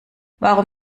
warum